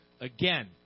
Again